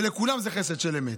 ולכולם זה חסד של אמת,